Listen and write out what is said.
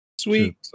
Sweet